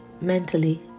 mentally